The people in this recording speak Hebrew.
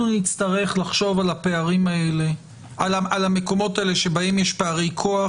נצטרך לחשוב על המקומות האלה שבהם יש פערי כוח,